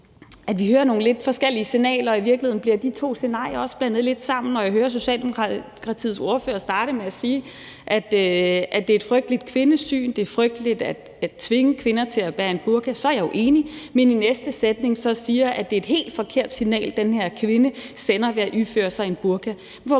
at vi hører nogle lidt forskellige signaler, og i virkeligheden bliver de to scenarier også blandet lidt sammen. Når jeg hører Socialdemokratiets ordfører starte med at sige, at det er et frygteligt kvindesyn, og at det er frygteligt at tvinge kvinder til at bære en burka, så er jeg jo enig. Men i næste sætning siger man så, at det er et helt forkert signal, den her kvinde sender ved at iføre sig en burka.